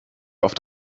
oft